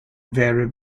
vero